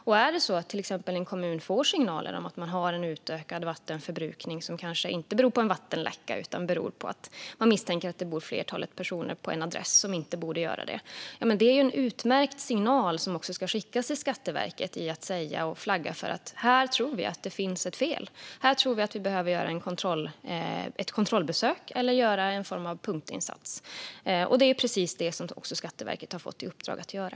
Om till exempel en kommun får en signal om att det är en ökad vattenförbrukning som kanske inte beror på en vattenläcka utan som kanske beror på att det bor flera personer på en adress som inte borde göra det är det en signal som ska skickas till Skatteverket. Det handlar om att flagga för detta: Här tror vi att det finns ett fel. Här tror vi att vi behöver göra ett kontrollbesök eller göra en punktinsats. Det är precis det som också Skatteverket har fått i uppdrag att göra.